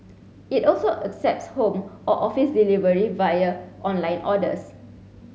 it also accepts home or office delivery via online orders